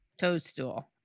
toadstool